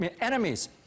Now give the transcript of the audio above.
enemies